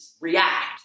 react